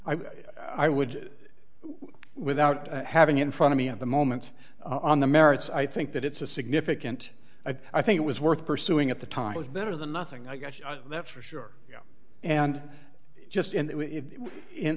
i would without having in front of me at the moment on the merits i think that it's a significant i think it was worth pursuing at the time was better than nothing i guess that's for sure and just in